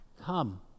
Come